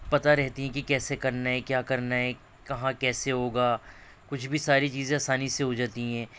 پتا رہتی ہیں کیسے کرنا کیا کرنا ہے کہاں کیسے ہوگا کچھ بھی ساری چیزیں آسانی سے ہو جاتی ہیں